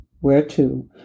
whereto